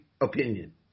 opinion